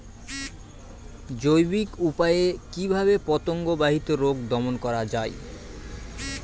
জৈবিক উপায়ে কিভাবে পতঙ্গ বাহিত রোগ দমন করা যায়?